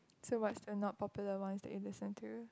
so what's the not popular ones that you listen to